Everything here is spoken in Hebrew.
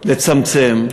לצמצם.